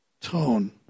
tone